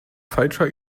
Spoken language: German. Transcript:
falscher